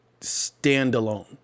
standalone